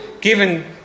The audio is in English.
Given